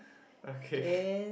okay